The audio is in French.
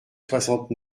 soixante